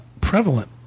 prevalent